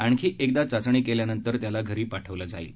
आणखी एकदा चाचणी केल्यानंतर त्याला घरी पाठवण्यात येईल